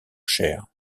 chair